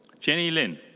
jenny lin.